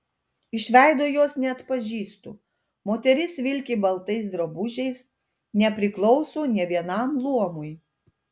iš veido jos neatpažįstu moteris vilki baltais drabužiais nepriklauso nė vienam luomui